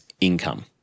income